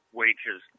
wages